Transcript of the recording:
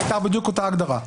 ב-2015 היתה בדיוק אותה הגדרה.